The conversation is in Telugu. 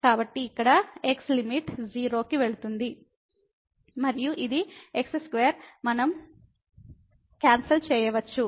కాబట్టి ఇక్కడ x లిమిట్ 0 కి వెళుతుంది మరియు ఇది x2 మనం రద్దు చేయవచ్చు